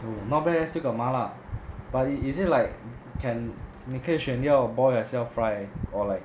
not bad leh still got 麻辣 but is is it like can 你可以选要 boil 还是要 fry or like